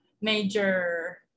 major